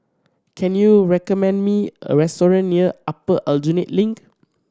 can you recommend me a restaurant near Upper Aljunied Link